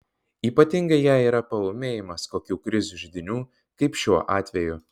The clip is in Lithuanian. ypatingai jei yra paūmėjimas kokių krizių židinių kaip šiuo atveju